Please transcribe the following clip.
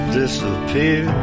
disappear